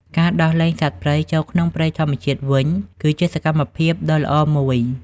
ការដោះលែងសត្វព្រៃចូលក្នុងព្រៃធម្មជាតិវិញគឺជាសកម្មភាពដ៏ល្អមួយ។